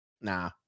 Nah